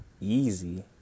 Easy